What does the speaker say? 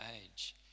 age